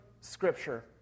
scripture